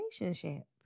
relationship